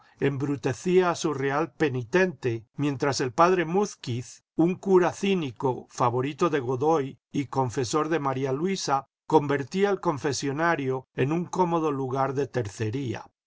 embrutecía a su real penitente mientras el padre múzquiz un cura cínico favorito de godoy y confesor de maría luisa convertía el confesonario en un cómodo lugar de tercería